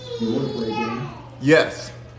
Yes